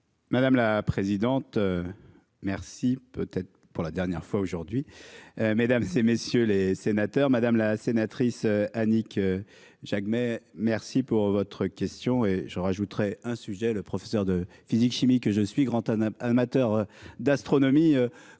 Madame la présidente. Merci, peut-être pour la dernière fois aujourd'hui. Mesdames, ces messieurs les sénateurs, madame la sénatrice, Annick. Jacquemet. Merci pour votre question. Et je rajouterai un sujet le professeur de physique chimie, que je suis grand âne amateur d'astronomie